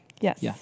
Yes